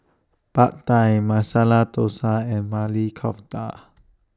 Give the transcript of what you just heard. Pad Thai Masala Dosa and Maili Kofta